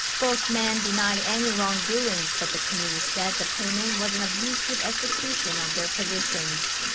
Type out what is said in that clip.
both men denied any wrongdoings, but the committee said the payment was an abusive execution of their positions.